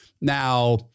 now